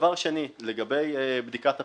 דבר שני, לגבי בדיקת הפיגום.